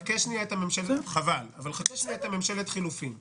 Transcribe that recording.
חכה שנייה עם ממשלת החילופים.